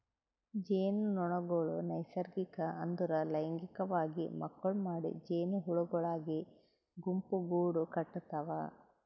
ಜೇನುನೊಣಗೊಳ್ ನೈಸರ್ಗಿಕ ಅಂದುರ್ ಲೈಂಗಿಕವಾಗಿ ಮಕ್ಕುಳ್ ಮಾಡಿ ಜೇನುಹುಳಗೊಳಾಗಿ ಗುಂಪುಗೂಡ್ ಕಟತಾವ್